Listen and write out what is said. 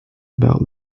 about